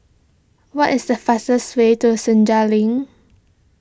what is the fastest way to Senja Link